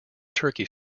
turkey